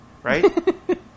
Right